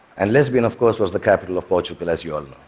and lesbian, of course, was the capital of portugal, as you all